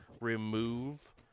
remove